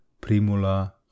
Primula